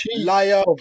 Liar